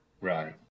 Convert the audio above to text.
Right